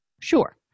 Sure